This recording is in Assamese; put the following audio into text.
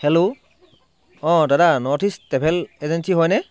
হেল্ল' অঁ দাদা নৰ্থ ইষ্ট ট্ৰেভেল এজেঞ্চি হয়নে